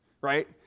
right